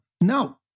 No